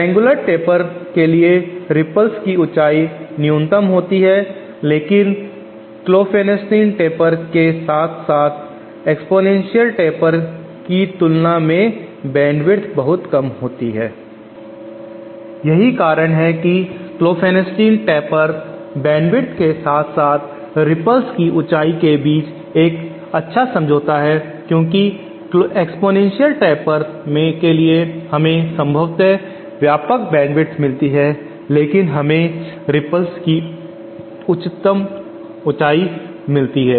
triangular taper के लिए ripples की ऊंचाई न्यूनतम होती है लेकिन क्लोफेनेस्टीन टेपर के साथ साथ एक्स्पोनेंशियल टेपर की तुलना में बैंडविथ बहुत कम होता है यही कारण है कि क्लोफेनेस्टीन टेपर बैंडविथ के साथ साथ रिपल्स की ऊंचाई के बीच एक अच्छा समझौता है क्योंकि एक्स्पोनेंशियल टेपर के लिए हमें संभवत व्यापक बैंडविथ मिलती है लेकिन हमें रिपल्स भी उच्चतम मिलती है